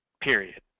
period